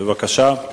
בבקשה.